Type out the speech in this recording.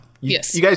Yes